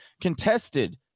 contested